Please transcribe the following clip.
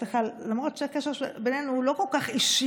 תתבלבלו, אין לו עיניים